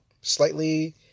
slightly